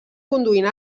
conduint